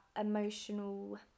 emotional